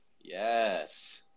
Yes